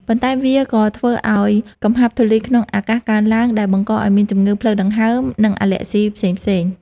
ប៉ុន្តែវាក៏ធ្វើឱ្យកំហាប់ធូលីក្នុងអាកាសកើនឡើង ដែលបង្កឱ្យមានជំងឺផ្លូវដង្ហើម និងអាឡែស៊ីផ្សេងៗ។